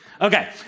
Okay